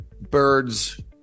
birds